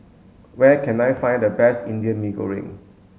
where can I find the best indian mee goreng